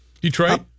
Detroit